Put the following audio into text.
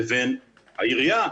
לבין העירייה,